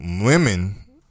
women